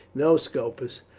no, scopus,